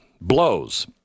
blows